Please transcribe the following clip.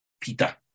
Peter